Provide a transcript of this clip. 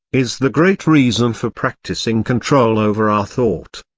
is the great reason for practising control over our thought.